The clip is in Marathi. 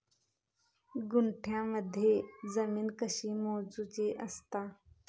गुंठयामध्ये जमीन कशी मोजूची असता?